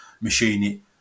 machine